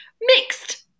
mixed